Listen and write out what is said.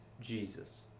Jesus